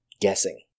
guessing